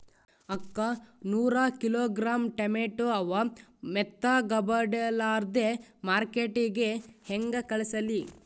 ಅಕ್ಕಾ ನೂರ kilogram tomato ಅವ, ಮೆತ್ತಗಬಡಿಲಾರ್ದೆ ಮಾರ್ಕಿಟಗೆ ಹೆಂಗ ಕಳಸಲಿ?